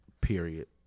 period